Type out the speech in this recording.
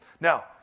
Now